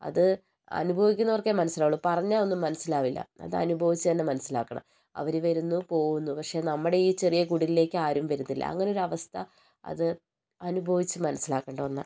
അത് അനുഭവിക്കുന്നവർക്കേ മനസ്സിലാവുള്ളു പറഞ്ഞാലൊന്നും മനസ്സിലാവില്ല അതനുഭവിച്ചു തന്നെ മനസ്സിലാക്കണം അവർ വരുന്നൂ പോവുന്നു പക്ഷേ നമ്മുടെ ഈ ചെറിയ കുടിലിലേക്കാരും വരുന്നില്ല അങ്ങിനെയൊരു അവസ്ഥ അത് അനുഭവിച്ച് മനസ്സിലാക്കേണ്ട ഒന്നാണ്